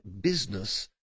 business